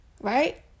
Right